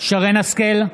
שרן מרים השכל,